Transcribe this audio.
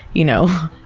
you know,